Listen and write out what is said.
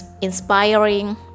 inspiring